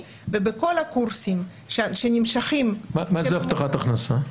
ובכל הקורסים שנמשכים --- מה זה הבטחת הכנסה?